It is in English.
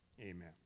Amen